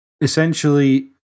essentially